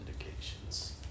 indications